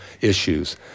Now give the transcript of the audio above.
issues